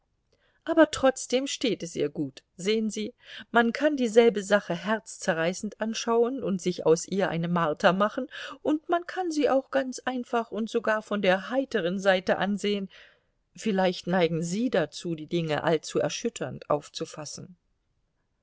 aber trotzdem steht es ihr gut sehen sie man kann dieselbe sache herzzerreißend anschauen und sich aus ihr eine marter machen und man kann sie auch ganz einfach und sogar von der heiteren seite ansehen vielleicht neigen sie dazu die dinge allzu erschütternd aufzufassen